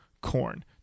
corn